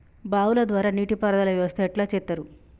బావుల ద్వారా నీటి పారుదల వ్యవస్థ ఎట్లా చేత్తరు?